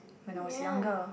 ya